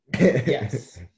Yes